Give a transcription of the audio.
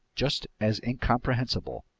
just as incomprehensible.